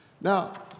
Now